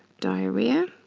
diarrhea,